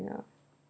yeah